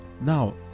Now